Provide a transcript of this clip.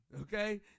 Okay